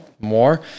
more